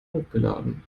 hochgeladen